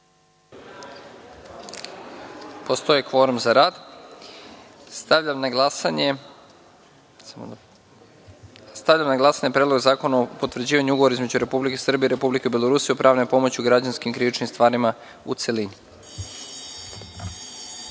kvorum za rad. Stavljam na glasanje Predlog zakona o potvrđivanju Ugovora između Republike Srbije i Republike Belorusije o pravnoj pomoći u građanskim i krivičnim stvarima u celini. Molim